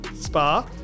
Spa